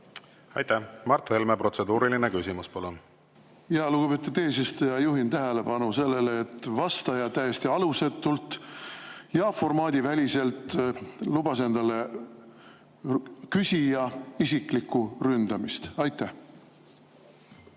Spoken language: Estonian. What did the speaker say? Aitäh! Mart Helme, protseduuriline küsimus, palun! Lugupeetud eesistuja! Juhin tähelepanu sellele, et vastaja täiesti alusetult ja formaadiväliselt lubas endale küsija isiklikku ründamist. Aitäh,